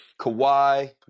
Kawhi